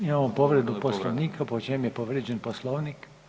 Imamo povredu Poslovnika, po čem je povrijeđen Poslovnik?